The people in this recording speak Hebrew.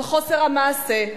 על חוסר המעשה,